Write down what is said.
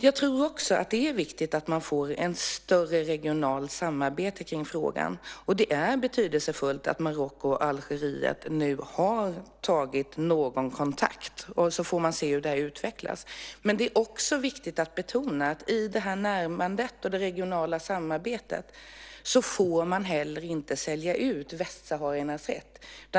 Jag tror också att det är viktigt att man får ett större regionalt samarbete kring frågan. Det är även betydelsefullt att Marocko och Algeriet nu har tagit någon kontakt. Sedan får man se hur det utvecklas. Men det är också viktigt att betona att man i detta närmande och i det regionala samarbetet inte får sälja ut västsahariernas rätt.